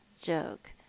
joke